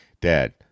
Dad